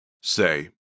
Say